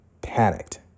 panicked